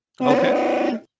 Okay